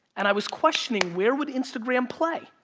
and i was questioning where would instagram play.